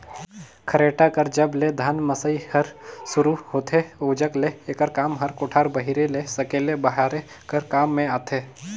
खरेटा कर जब ले धान मसई हर सुरू होथे ओजग ले एकर काम हर कोठार बाहिरे ले सकेले बहारे कर काम मे आथे